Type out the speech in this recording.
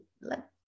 let